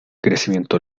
crecimiento